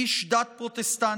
איש דת פרוטסטנטי,